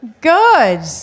Good